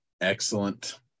Excellent